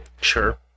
Sure